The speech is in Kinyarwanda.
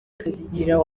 kazigira